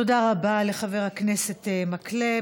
תודה רבה לחבר הכנסת מקלב.